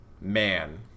Man